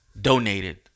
donated